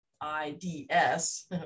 I-D-S